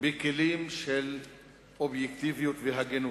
בכלים של אובייקטיביות והגינות.